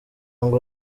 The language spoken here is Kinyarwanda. ngo